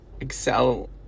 excel